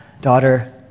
daughter